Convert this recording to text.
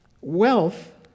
wealth